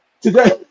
today